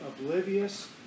oblivious